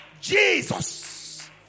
Jesus